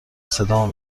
صدامو